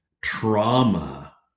trauma